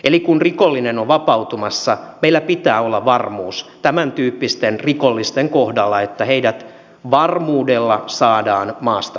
eli kun rikollinen on vapautumassa meillä pitää olla varmuus tämäntyyppisten rikollisten kohdalla että heidät varmuudella saadaan maasta pois